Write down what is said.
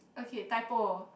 okay Typo